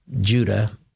Judah